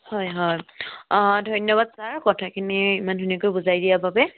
হয় হয় অঁ ধন্যবাদ ছাৰ কথাখিনি ইমান ধুনীয়াকৈ বুজাই দিয়াৰ বাবে